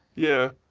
yeah,